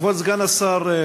כבוד סגן השר,